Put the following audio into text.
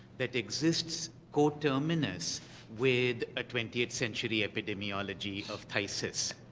that exists co-terminus with a twentieth century epidemiology of phtisis,